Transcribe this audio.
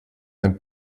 ein